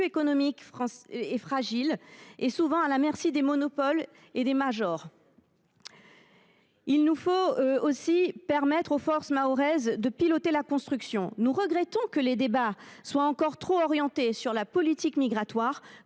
d’outre mer est fragile et souvent à la merci des monopoles et des. Pour nous, il faut permettre aux forces vives mahoraises de piloter la reconstruction. Nous regrettons que les débats soient encore trop orientés sur la problématique migratoire,